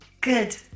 Good